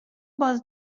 باز